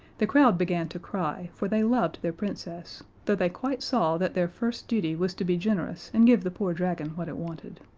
the crowd began to cry, for they loved their princess, though they quite saw that their first duty was to be generous and give the poor dragon what it wanted.